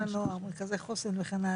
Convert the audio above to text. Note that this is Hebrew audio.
מרכזי החוסן.